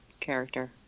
Character